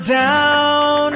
down